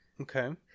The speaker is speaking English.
Okay